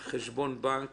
חשבון בנק